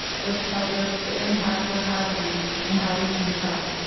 which tells us the impact we're having and how we can tell.